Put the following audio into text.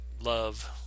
love